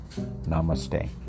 Namaste